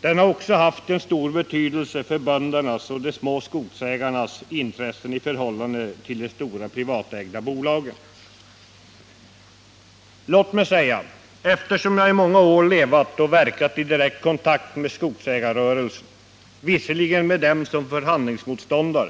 Den har också haft en stor betydelse när det gällt att tillvarata böndernas och de små skogsägarnas intressen i förhållande till de stora privatägda bolagen. Jag har i många år levat och verkat i direkt kontakt med skogsägarrörelsen — låt vara med denna som förhandlingsmotståndare.